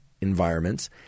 environments